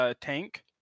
tank